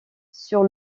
sur